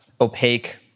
opaque